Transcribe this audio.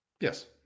Yes